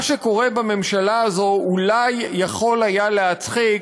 מה שקורה בממשלה הזאת אולי יכול היה להצחיק,